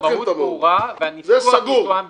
המהות ברורה והניסוח יתואם בינינו.